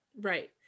Right